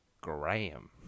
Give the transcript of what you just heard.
Graham